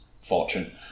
fortune